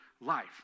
life